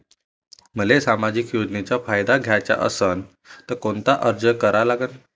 मले सामाजिक योजनेचा फायदा घ्याचा असन त कोनता अर्ज करा लागन?